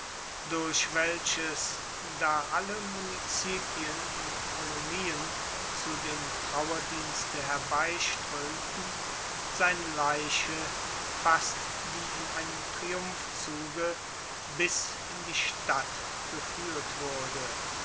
durch welches da alle municipien und colonien zu dem trauerdienste herbeiströmten seine leiche fast wie in einem triumphzuge bis in die stadt geführt wurde